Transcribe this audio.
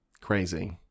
crazy